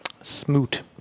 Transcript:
Smoot